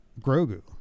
Grogu